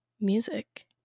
music